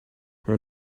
her